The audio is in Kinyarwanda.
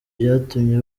byatumye